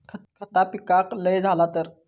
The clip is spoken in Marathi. खता पिकाक लय झाला तर?